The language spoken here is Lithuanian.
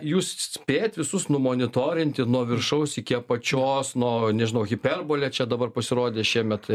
jūs spėjat visus numonitorinti nuo viršaus iki apačios nuo nežinau hiperbole čia dabar pasirodė šiemet